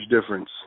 difference